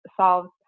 solves